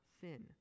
sin